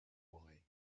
why